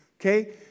Okay